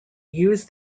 use